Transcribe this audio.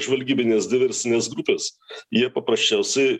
žvalgybinės diversinės grupės jie paprasčiausiai